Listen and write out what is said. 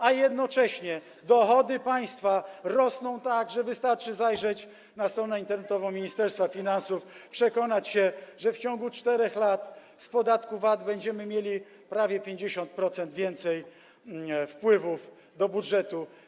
a jednocześnie dochody państwa rosną, wystarczy zajrzeć na stronę internetową Ministerstwa Finansów, przekonać się, że w ciągu 4 lat z podatku VAT będziemy mieli prawie 50% więcej wpływów do budżetu.